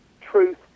truth